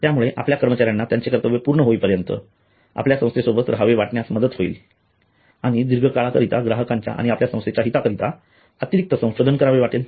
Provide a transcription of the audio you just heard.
यामुळे आपल्या कर्मचाऱ्यांना त्यांचे कर्तव्य पूर्ण होईपर्यंत आपल्या संस्थेसोबत राहावे वाटण्यास मदत होईल आणि दीर्घकाळा करिता ग्राहकांच्या आणि आपल्या संस्थेच्या हिताकरिता अतिरिक्त संशोधन करावेसे वाटेल